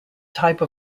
type